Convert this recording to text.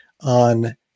on